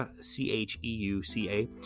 c-h-e-u-c-a